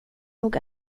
nog